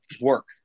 work